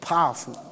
Powerful